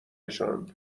نشان